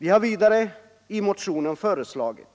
Vi har vidare i motionen föreslagit